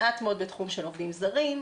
מעט מאוד בתחום של עובדים זרים,